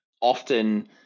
Often